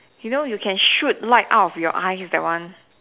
you know you can shoot light out of your eyes that one